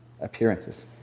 appearances